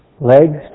legs